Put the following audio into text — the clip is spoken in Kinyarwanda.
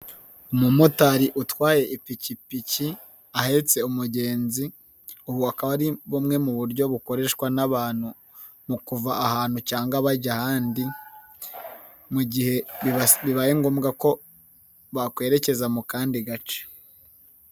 Umumotari utwaye ipikipiki ahetse umugenzi, ubu akaba ari bumwe mu buryo bukoreshwa n'abantu mu kuva ahantu cyangwa bajya ahandi, mu gihe bibaye ngombwa ko bakwerekeza mu kandi gace.